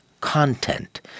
content